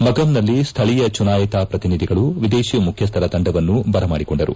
ಮಗಮ್ನಲ್ಲಿ ಸ್ವೀಯ ಚುನಾಯಿತ ಪ್ರತಿನಿಧಿಗಳು ವಿದೇಶಿ ಗಣ್ಯರ ತಂಡವನ್ನು ಬರಮಾಡಿಕೊಂಡರು